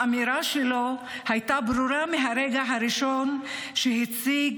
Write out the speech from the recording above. האמירה שלו הייתה ברורה מהרגע הראשון כשהציג